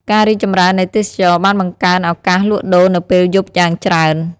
ការរីកចម្រើននៃទេសចរណ៍បានបង្កើនឱកាសលក់ដូរនៅពេលយប់យ៉ាងច្រើន។